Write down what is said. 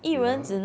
ya